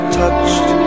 touched